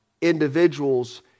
individuals